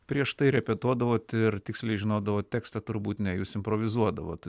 prieš tai repetuodavot ir tiksliai žinodavot tekstą turbūt ne jūs improvizuodavot